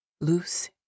Loose